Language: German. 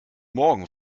morgen